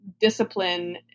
discipline